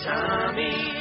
Tommy